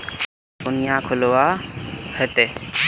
खाता कुनियाँ खोलवा होते?